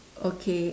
okay